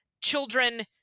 children